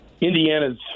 Indiana's